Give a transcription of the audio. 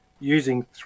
using